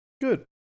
Good